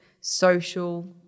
social